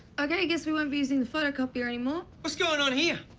ok, i guess we won't be using the photocopier anymore. what's going on here?